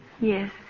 Yes